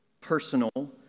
personal